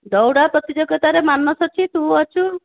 ଦୌଡ଼ ପ୍ରତିଯୋଗିତାରେ ମାନସ ଅଛି ତୁ ଅଛୁ